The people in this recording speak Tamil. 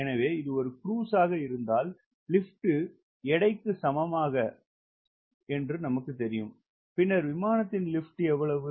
எனவே இது ஒரு க்ரூஸ் ஆக இருந்தால் லிப்ட் எடைக்கு சமம் என்று நமக்கு தெரியும் பின்னர் விமானத்தின் லிப்ட் எவ்வளவு